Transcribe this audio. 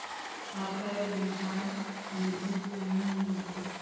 फाफण बिहान मिलही की नी मिलही?